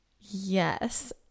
Yes